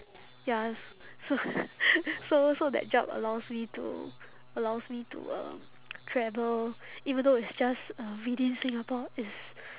ya s~ so so so that job allows me to allows me to um travel even though it's just uh within singapore it's